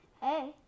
Hey